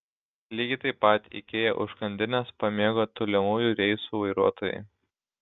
lygiai taip pat ikea užkandines pamėgo tolimųjų reisų vairuotojai